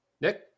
Nick